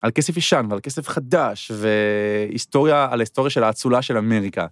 על כסף ישן ועל כסף חדש והיסטוריה על היסטוריה של האצולה של אמריקה.